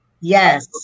Yes